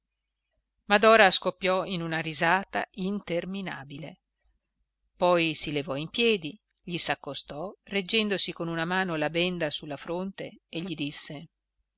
dora scoppiò in una risata interminabile poi si levò in piedi gli s'accostò reggendosi con una mano la benda su la fronte e gli disse